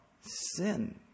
sin